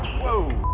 whoa!